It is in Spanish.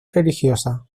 religiosa